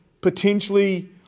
potentially